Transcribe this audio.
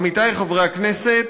עמיתי חברי הכנסת,